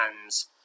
hands